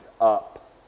up